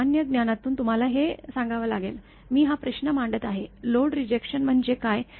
सामान्य ज्ञानातून तुम्हाला हे सांगावे लागेल मी हा प्रश्न मांडत आहे लोड रिजेक्शन म्हणजे काय